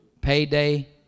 Payday